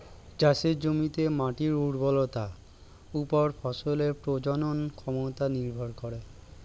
চাষের জমিতে মাটির উর্বরতার উপর ফসলের প্রজনন ক্ষমতা নির্ভর করে